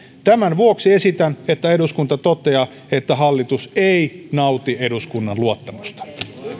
tämän vuoksi esitän että eduskunta toteaa että hallitus ei nauti eduskunnan luottamusta